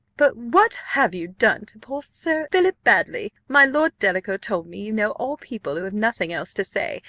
but what have you done to poor sir philip baddely? my lord delacour told me you know all people who have nothing else to say,